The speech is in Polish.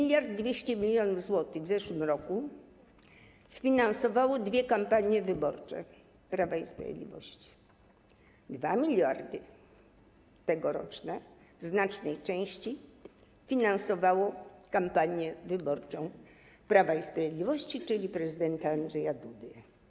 1200 mln zł w zeszłym roku sfinansowało dwie kampanie wyborcze Prawa i Sprawiedliwości, 2 mld tegoroczne w znacznej części sfinansowały kampanię wyborczą Prawa i Sprawiedliwości, czyli prezydenta Andrzeja Dudy.